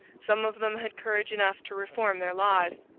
some of them had courage enough to reform their lives.